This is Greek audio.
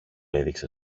έδειξε